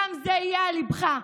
גם זה יהיה על ליבך,